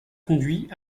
conduits